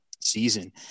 Season